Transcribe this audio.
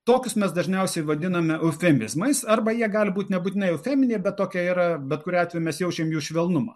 tokius mes dažniausiai vadiname eufemizmais arba jie gali būti nebūtinai eufeminiai bet tokie yra bet kuriuo atveju mes jaučiam jų švelnumą